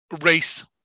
race